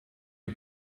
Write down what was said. die